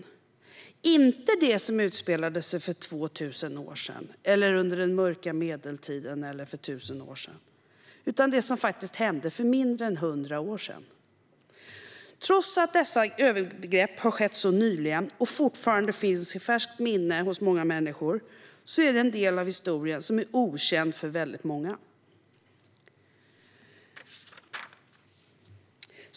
Det är inte sådant som utspelade sig för 2 000 år sedan, under den mörka medeltiden eller för 1 000 år sedan utan det som hände för mindre än 100 år sedan. Trots att dessa övergrepp har skett så nyligen, och fortfarande finns i färskt minne hos många människor, är detta en del av historien som är okänd för väldigt många.